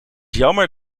jammer